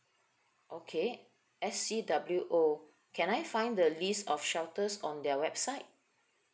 okay S_C_W_O can I find the list of shelters on their website